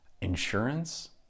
insurance